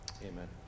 amen